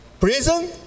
prison